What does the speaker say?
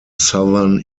southern